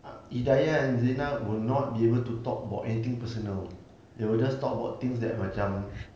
dayah and zina will not be able to talk about anything personal they will just talk about things that macam